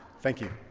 thank you.